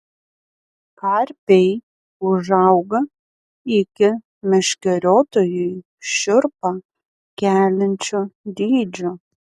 karpiai užauga iki meškeriotojui šiurpą keliančio dydžio